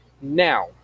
Now